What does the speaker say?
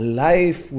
life